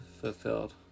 fulfilled